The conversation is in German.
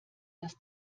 dass